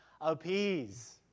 appease